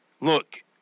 look